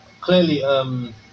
clearly